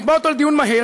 נקבע אותו לדיון מהיר,